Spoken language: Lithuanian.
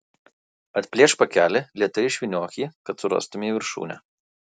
atplėšk pakelį lėtai išvyniok jį kad surastumei viršūnę